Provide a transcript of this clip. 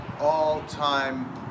all-time